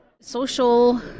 Social